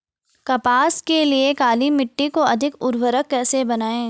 कपास के लिए काली मिट्टी को अधिक उर्वरक कैसे बनायें?